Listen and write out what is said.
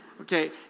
Okay